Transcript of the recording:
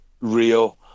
real